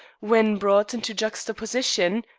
when brought into juxtaposition,